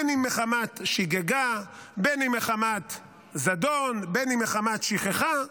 אם מחמת שגגה, אם מחמת זדון, אם מחמת שכחה,